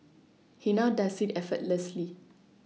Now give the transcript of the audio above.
he now does it effortlessly